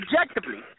objectively